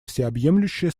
всеобъемлющая